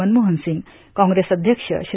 मनमोहन सिंग काँग्रेस अध्यक्ष श्री